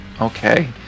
Okay